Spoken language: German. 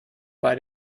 bei